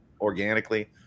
organically